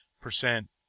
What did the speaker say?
percent